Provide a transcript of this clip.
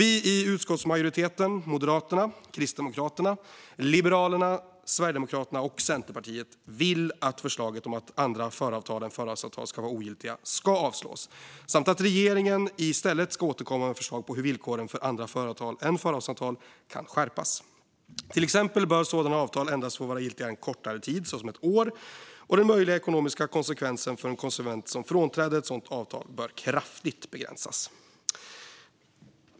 Vi i utskottsmajoriteten - Moderaterna, Kristdemokraterna, Liberalerna, Sverigedemokraterna och Centerpartiet - vill att förslaget om att andra föravtal än förhandsavtal ska vara ogiltiga ska avslås och att regeringen i stället ska återkomma med förslag på hur villkoren för andra föravtal än förhandsavtal kan skärpas. Till exempel bör sådana avtal endast få vara giltiga en kortare tid, såsom ett år, och den möjliga ekonomiska konsekvensen för en konsument som frånträder ett sådant avtal bör kraftigt begränsas.